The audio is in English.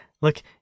look